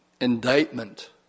indictment